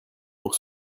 pour